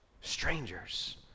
strangers